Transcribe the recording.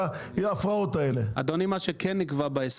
לאישור הבית